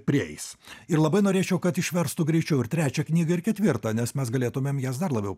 prieis ir labai norėčiau kad išverstų greičiau ir trečią knygą ir ketvirtą nes mes galėtumėm jas dar labiau